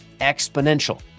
exponential